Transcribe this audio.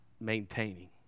maintaining